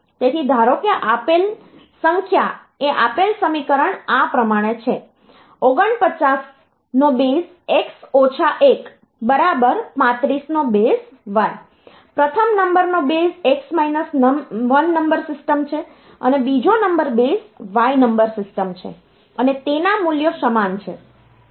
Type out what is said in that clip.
તેથી ધારો કે આપેલ સંખ્યા એ આપેલ સમીકરણ આ પ્રમાણે છે x 1 y પ્રથમ number base x 1 number system છે અને બીજો number base y number system છે અને તેના મૂલ્યો સમાન છે